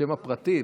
השם הפרטי,